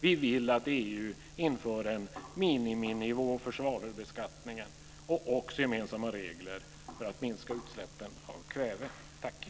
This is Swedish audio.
Vi vill att EU inför en miniminivå för svavelbeskattningen och också gemensamma regler för att minska utsläppen av kväve.